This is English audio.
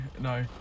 No